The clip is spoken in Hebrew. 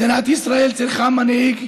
מדינת ישראל צריכה מנהיג,